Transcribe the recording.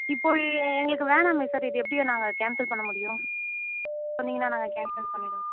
இப்போ எங்களுக்கு வேணாமே சார் இது எப்படி நாங்கள் கேன்சல் பண்ண முடியும் சொன்னிங்கன்னா நாங்கள் கேன்சல் பண்ணிவிடுவோம் சார்